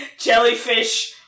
Jellyfish